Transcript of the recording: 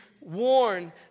warn